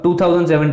2017